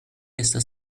estas